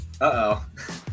Uh-oh